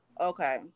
Okay